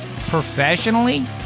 Professionally